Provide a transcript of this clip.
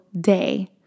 day